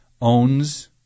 owns